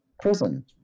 prison